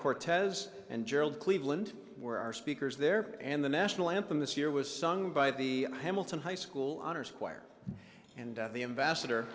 cortez and gerald cleveland were our speakers there and the national anthem this year was sung by the hamilton high school honor square and the ambassador